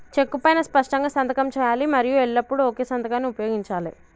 చెక్కు పైనా స్పష్టంగా సంతకం చేయాలి మరియు ఎల్లప్పుడూ ఒకే సంతకాన్ని ఉపయోగించాలే